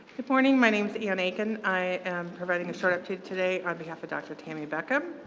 good morning, my name is ann aikin, i'm providing a short update today on behalf of dr. tammy beckham.